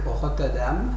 Rotterdam